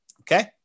Okay